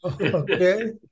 Okay